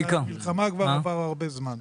בגלל שמאז המלחמה כבר עבר הרבה זמן.